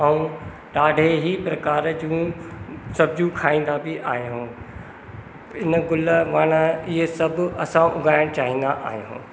ऐं ॾाढे ई प्रकार जूं सब्जूं खाइंदा बि आहियूं इन गुल वण इहे सभ असां उॻाइण चाहींदा आहियूं